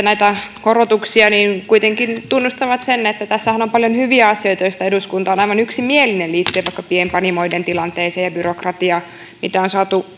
näitä korotuksia kuitenkin tunnustavat sen että tässähän on on paljon hyviä asioita joista eduskunta on aivan yksimielinen liittyen vaikka pienpanimoiden tilanteeseen ja byrokratiaan mitä on saatu